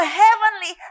heavenly